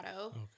Okay